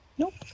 Nope